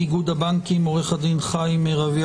מאיגוד הבנקים עו"ד חיים רביה